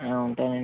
ఉంటానండి